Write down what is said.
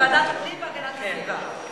בוועדת הפנים והגנת הסביבה.